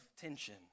tension